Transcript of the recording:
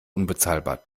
unbezahlbar